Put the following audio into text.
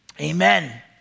Amen